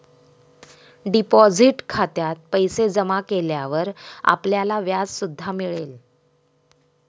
deposit खात्यात पैसे जमा केल्यावर आपल्याला व्याज सुद्धा मिळेल